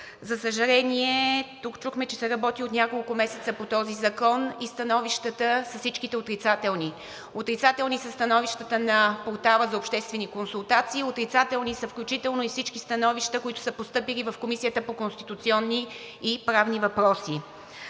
За съжаление, тук чухме, че по този закон се работи от няколко месеца и всичките становища са отрицателни. Отрицателни са становищата на Портала за обществени консултации, отрицателни са включително и всички становища, които са постъпили в Комисията по конституционни и правни въпроси.